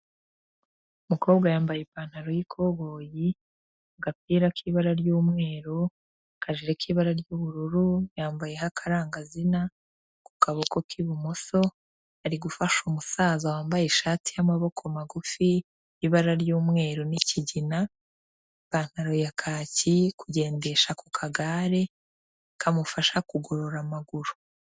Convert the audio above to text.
Umukobwa yambaye ipantaro y'ikoboyi, agapira k'ibara ry'umweru, akajire k'ibara ry'ubururu, yambayeho akarangazina ku kaboko k'ibumoso, ari gufasha umusaza wambaye ishati y'amaboko magufi y'ibara ry'umweru n'ikigina, ipantaro ya kaki, kugendesha ku kagare kamufasha kugorora amaguru.